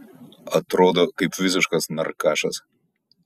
atrodo kaip visiškas narkašas